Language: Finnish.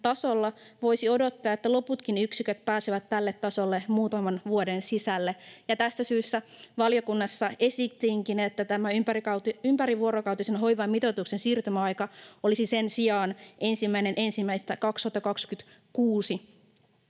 voisi odottaa, että loputkin yksiköt pääsevät tälle tasolle muutaman vuoden sisällä. Tästä syystä valiokunnassa esitinkin, että tämä ympärivuorokautisen hoivan mitoituksen siirtymäaika olisi sen sijaan 1.1.2026.